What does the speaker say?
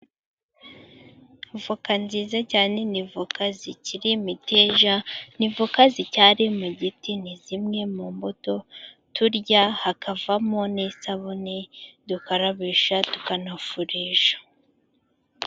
Voka nziza cyane, ni voka zikiri imiteja, ni voka zikiri mu giti. Ni zimwe mu mbuto turya hakavamo n'isabune dukarabisha tukanafurisha.